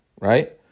right